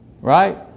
right